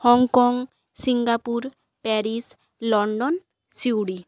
Hong Kong Singapore Paris London Siuri